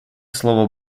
слово